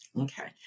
Okay